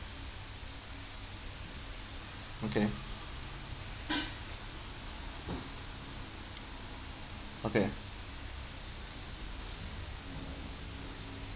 okay okay